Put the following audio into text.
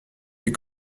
des